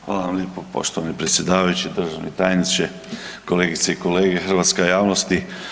Hvala vam lijepo poštovani predsjedavajući i državni tajniče, kolegice i kolege, hrvatska javnosti.